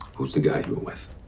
who's the guy you were with?